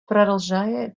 продолжает